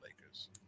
Lakers